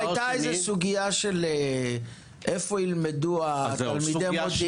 הייתה סוגיה: איפה ילמדו תלמידי המודיעין?